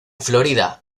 florida